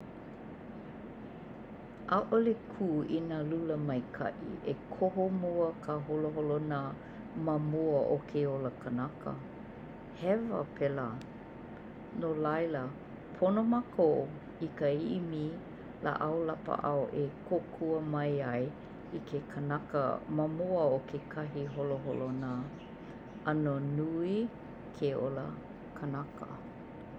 ʻAʻole kū i nā lula maikaʻi e koho mua ka holoholonā ma mua o ke ola kanaka. Hewa pēlā! No laila, pono mākou i ka imi laʻau lapaʻau e kōkua mai ai i ke kanaka ma mua o kekahi holoholonā. ʻAno nui ke ola kanaka.